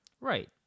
Right